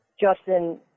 Justin